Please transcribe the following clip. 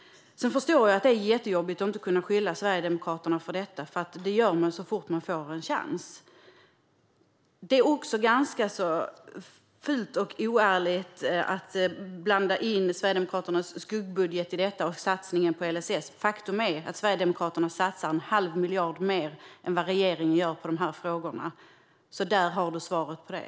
Sedan förstår jag att det är jättejobbigt att inte kunna beskylla Sverigedemokraterna för detta, för det gör man så fort man får en chans. Det är ganska fult och oärligt att blanda in Sverigedemokraternas skuggbudget i detta och satsningen på LSS. Faktum är att Sverigedemokraterna satsar en halv miljard mer än vad regeringen gör på de här frågorna. Där har du svaret på det.